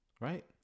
right